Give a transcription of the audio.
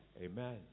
Amen